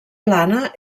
plana